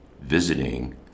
visiting